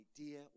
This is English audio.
idea